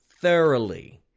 Thoroughly